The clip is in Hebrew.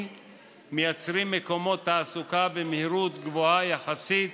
ומייצרים מקומות תעסוקה במהירות גבוהה יחסית.